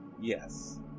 yes